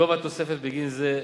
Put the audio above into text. גובה התוספת בגין זה,